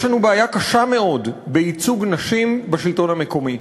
יש לנו בעיה קשה מאוד בייצוג נשים בשלטון המקומי.